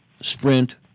sprint